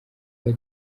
kuba